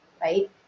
right